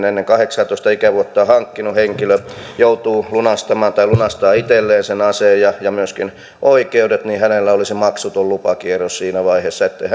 ennen kahdeksanteentoista ikävuottaan hankkinut henkilö joutuu lunastamaan tai lunastaa itselleen sen aseen ja myöskin oikeudet niin hänellä olisi maksuton lupakierros siinä vaiheessa ettei